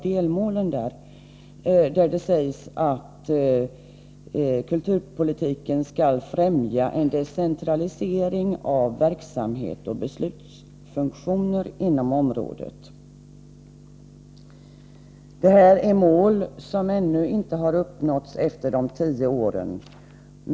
Där sägs det att kulturpolitiken skall främja en decentralisering av verksamhetsoch beslutsfunktioner inom området. Detta är ett mål som ännu efter tio år inte har uppnåtts.